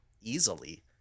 easily